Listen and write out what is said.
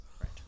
Right